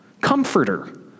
Comforter